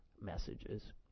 messages